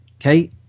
Okay